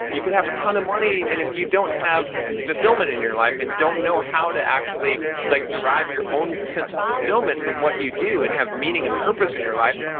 you could have a ton of money and if you don't have fulfillment in your life and don't know how to actually like derive your own sense of fulfillment from what you do and have meaning and purpose in your life,